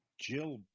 Jill